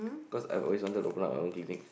cause I've always wanted to open my own clinic